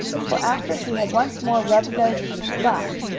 for, after he had once more rubbed noses with splash,